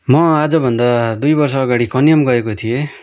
म आजभन्दा दुई वर्ष अगाड़ि कन्याम गएको थिएँ